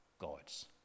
God's